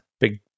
big